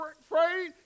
afraid